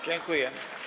Dziękuję.